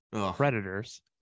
Predators